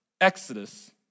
Exodus